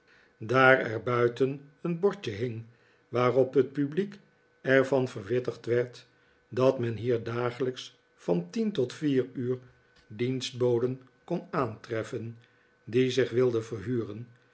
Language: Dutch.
buiten een bordje hing waarop het publiek er van verwittigd werd dat men hier dagelijks van tien tot vier uur dienstboden kon aantreffen die zich wilden verhuren